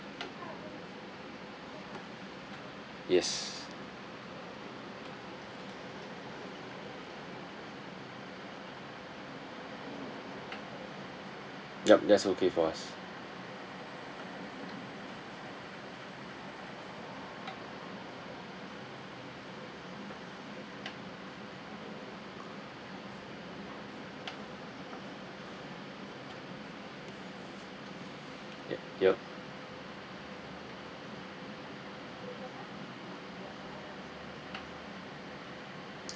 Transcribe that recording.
yes yup that's okay for us ya yup